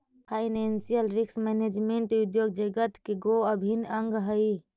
financial risk management उद्योग जगत के गो अभिन्न अंग हई